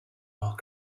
more